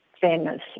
fairness